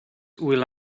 will